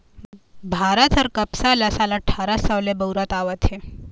भारत ह कपसा ल साल अठारा सव ले बउरत आवत हे